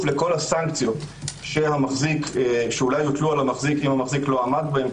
לכל הסנקציות שאולי יוטלו על המחזיק אם לא עמד בהם,